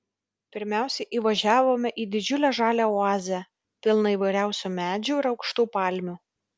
pirmiausia įvažiavome į didžiulę žalią oazę pilną įvairiausių medžių ir aukštų palmių